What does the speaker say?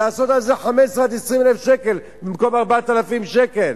לעשות על זה 15,000 עד 20,000 שקל במקום 4,000 שקל?